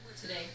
Today